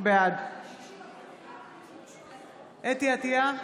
בעד חוה אתי עטייה,